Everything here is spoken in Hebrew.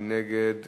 מי נגד?